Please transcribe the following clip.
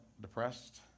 depressed